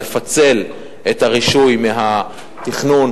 לפצל את הרישוי מהתכנון,